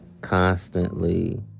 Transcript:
constantly